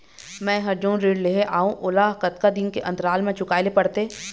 मैं हर जोन ऋण लेहे हाओ ओला कतका दिन के अंतराल मा चुकाए ले पड़ते?